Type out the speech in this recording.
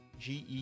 GE